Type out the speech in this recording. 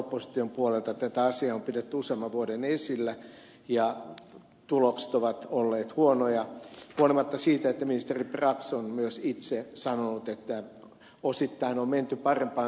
opposition puolelta tätä asiaa on pidetty useamman vuoden esillä ja tulokset ovat olleet huonoja huolimatta siitä että ministeri brax on myös itse sanonut että osittain on menty parempaan suuntaan